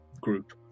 group